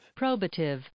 probative